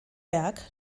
berg